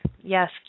yes